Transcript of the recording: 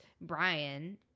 Brian